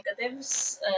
negatives